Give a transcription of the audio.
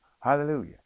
hallelujah